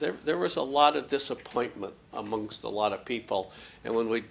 there there was a lot of disappointment amongst a lot of people and when we